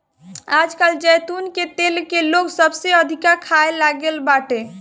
आजकल जैतून के तेल के लोग सबसे अधिका खाए लागल बाटे